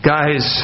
Guys